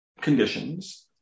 conditions